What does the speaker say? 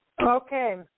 Okay